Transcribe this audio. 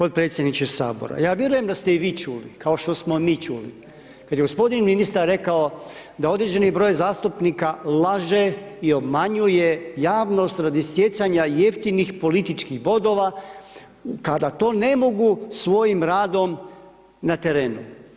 g. Potpredsjedniče HS, ja vjerujem da ste i vi čuli, kao što smo mi čuli, kad je g. ministar rekao da određeni broj zastupnika laže i obmanjuje javnost radi stjecanja jeftinih političkih bodova, kada to ne mogu svojim radom na terenu.